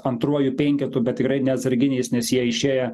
antruoju penketu bet tikrai ne atsarginiais nes jie išėję